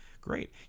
Great